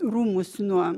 rūmus nuo